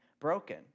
broken